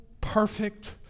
perfect